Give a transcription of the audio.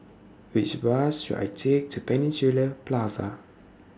Which Bus should I Take to Peninsula Plaza